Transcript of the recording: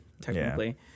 technically